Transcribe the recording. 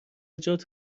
جات